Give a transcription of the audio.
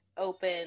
open